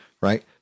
Right